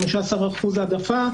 15% העדפה,